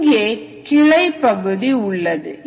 இங்கே கிளை பகுதி உள்ளது